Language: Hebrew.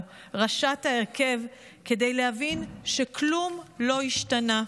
ראשת ההרכב כדי להבין שכלום לא השתנה,